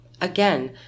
Again